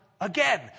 again